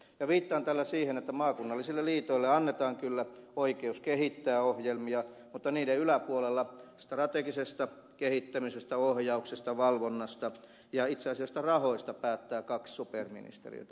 viittaan tällä siihen että maakunnallisille liitoille annetaan kyllä oikeus kehittää ohjelmia mutta niiden yläpuolella strategisesta kehittämisestä ohjauksesta valvonnasta ja itse asiassa rahoista päättää kaksi superministeriötä